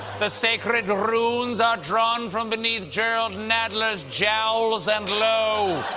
the sacred runes are drawn from beneath jerrold nadler's jowls, and lo,